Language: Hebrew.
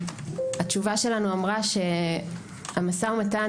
התשובה שלנו אמרה שהמשא ומתן